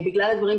כשליש מהחולים,